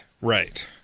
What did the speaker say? Right